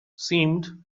seemed